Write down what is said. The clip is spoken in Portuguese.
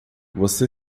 você